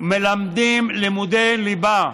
מלמדים לימודי ליבה.